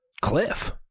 cliff